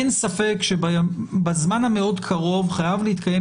אין ספק שבזמן המאוד קרוב חייב להתקיים